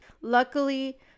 luckily